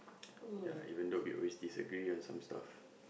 ya even though we always disagree lah some stuff